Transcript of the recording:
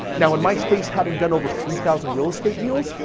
now, in my space having done over three thousand real estate deals,